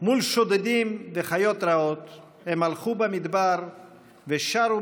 מול שודדים וחיות רעות הם הלכו במדבר ושרו